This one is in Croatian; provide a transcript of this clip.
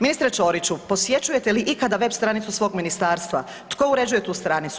Ministre Ćoriću, posjećujete li ikada web stranicu svog ministarstva, tko uređuje tu stranicu?